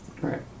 Right